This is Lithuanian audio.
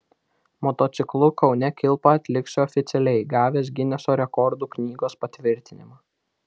motociklu kaune kilpą atliksiu oficialiai gavęs gineso rekordų knygos patvirtinimą